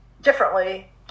differently